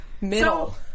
middle